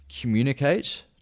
communicate